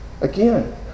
again